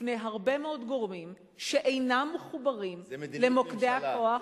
בפני הרבה מאוד גורמים שאינם מחוברים למוקדי הכוח.